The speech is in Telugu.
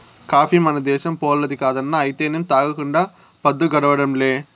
కాఫీ మన దేశంపోల్లది కాదన్నా అయితేనేం తాగకుండా పద్దు గడవడంలే